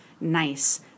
nice